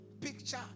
picture